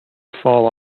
fall